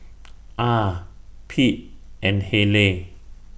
Ah Pete and Hayleigh